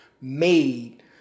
made